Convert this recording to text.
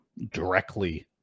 directly